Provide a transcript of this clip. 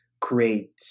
create